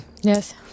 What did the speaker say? Yes